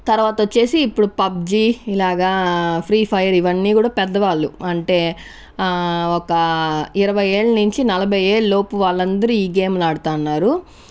తర్వాత వచ్చేసి ఇప్పుడు పబ్జి ఇలాగా ఫ్రీ ఫైర్ ఇవని కూడా పెద్దవాళ్ళు అంటే ఒక ఇరవై ఏళ్ల నుంచి నలభై ఏళ్లలోపు వాళ్ళు అందరూ ఈ గేమ్లు ఆడుతున్నారు